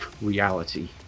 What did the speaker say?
reality